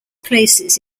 places